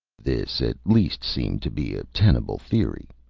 this at least seemed to be a tenable theory.